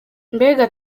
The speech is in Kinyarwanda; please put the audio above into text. mbega